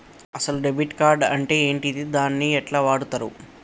అసలు debit card అంటే ఏంటిది? దీన్ని ఎట్ల వాడుతరు?